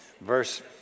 Verse